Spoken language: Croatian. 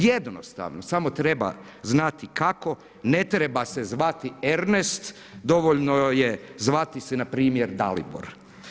Jednostavno, samo treba znati kako, ne treba se zvati Enrnest, dovoljno je zvati se npr. Dalibor.